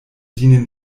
dienen